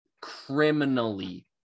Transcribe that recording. Criminally